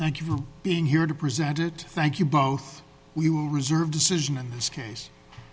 thank you for being here to present it thank you both we will reserve decision on this case